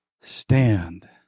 Stand